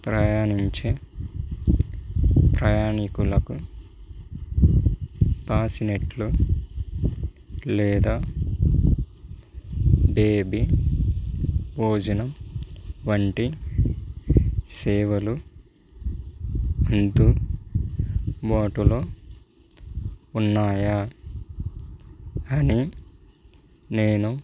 ప్రయాణించే ప్రయాణికులకు బాసినెట్లు లేదా బేబీ భోజనం వంటి సేవలు అందుబాటులో ఉన్నాయా అని నేను